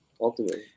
Ultimately